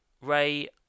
Ray